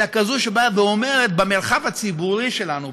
אלא כזאת שבאה ואומרת: במרחב הציבורי שלנו,